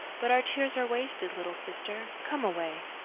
but our tears are wasted, little sister. come away.